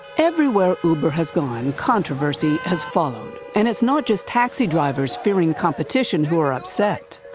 everywhere uber has gone, controversy has followed. and it's not just taxi drivers fearing competition who are upset.